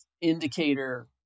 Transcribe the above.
indicator